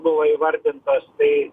buvo įvardintos tai